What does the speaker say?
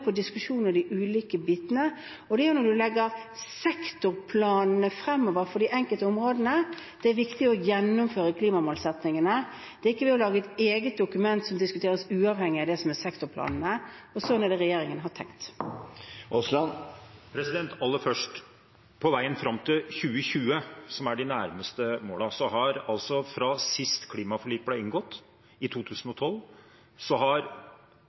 på diskusjonen om de ulike delene. Det er jo når man legger sektorplanene fremover for de ulike områdene, det er viktig å gjennomføre klimamålsettingene – det er ikke ved å lage et eget dokument som diskuteres uavhengig av det som er sektorplanene. Og sånn er det regjeringen har tenkt. Aller først: På veien fram til 2020, som de nærmeste målene gjelder, har statsministeren – fra siste klimaforlik ble inngått, i 2012